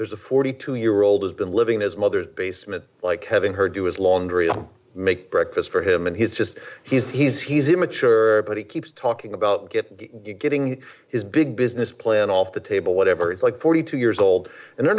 there's a forty two year old has been living his mother's basement like having her do his laundry make breakfast for him and he's just he's he's he's immature but he keeps talking about get getting his big business plan off the table whatever it's like forty two years old and they're